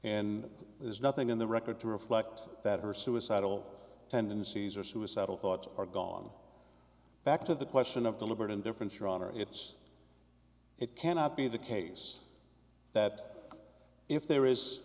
and there's nothing in the record to reflect that her suicidal tendencies are suicidal thoughts are gone back to the question of deliberate indifference or honor it's it cannot be the case that if